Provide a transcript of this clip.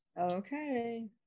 Okay